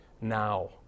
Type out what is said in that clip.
now